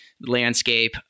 landscape